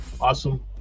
awesome